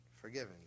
Forgiven